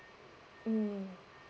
mm